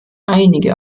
einige